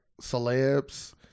celebs